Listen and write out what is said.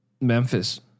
Memphis